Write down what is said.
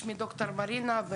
שמי ד"ר מרינה קמיניסקי,